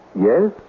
Yes